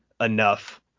enough